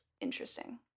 Interesting